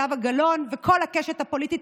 זהבה גלאון וכל הקשת הפוליטית,